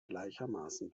gleichermaßen